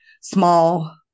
small